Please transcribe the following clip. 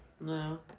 No